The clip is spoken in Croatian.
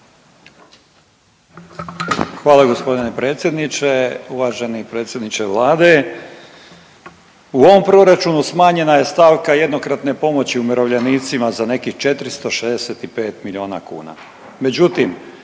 Hvala gospodine predsjedniče. Uvaženi predsjedniče vlade, u ovom proračunu smanjena je stavka jednokratne pomoći umirovljenicima za nekih 465 miliona kuna.